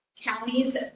counties